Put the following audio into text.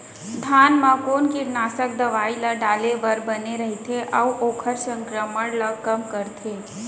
धान म कोन कीटनाशक दवई ल डाले बर बने रइथे, अऊ ओखर संक्रमण ल कम करथें?